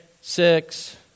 Six